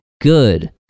Good